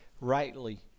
rightly